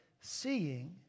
seeing